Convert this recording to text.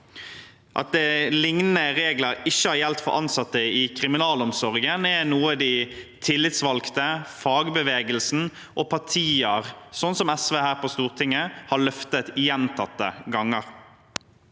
At lignende regler ikke har gjeldt for ansatte i kriminalomsorgen, er noe tillitsvalgte, fagbevegelsen og partier – som SV her på Stortinget – har løftet gjentatte ganger.